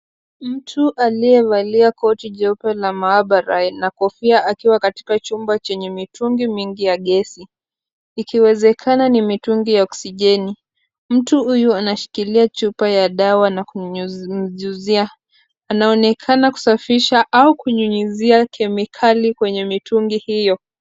Mtu aliyevalia koti jeupe la maabara na kofia akiwa katika chumba chenye mitungi mingi ya gesi ikiwezekana ni mitungi ya oxsijeni. Mtu huyu anashikilia chupa ya dawa na kunyunyuzia. Anaonekana kusafisha au kunyunyuzia kemikali kwenye mitungi hiyo.